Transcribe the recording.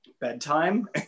bedtime